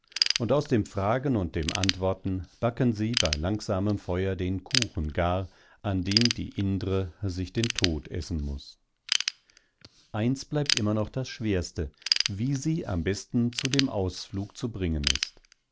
und aus dem fragen und dem antworten backen sie bei langsamem feuer den kuchen gar an dem die indre sich den tod essen muß eins bleibt immer noch das schwerste wie sie am besten zu dem ausflug zu bringen ist